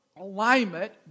alignment